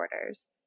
orders